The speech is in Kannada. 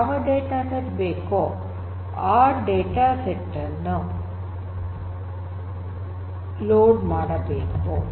ಯಾವ ಡೇಟಾಸೆಟ್ ಬೇಕೋ ಆ ಡೇಟಾಸೆಟ್ ಅನ್ನು ಲೋಡ್ ಮಾಡಬೇಕು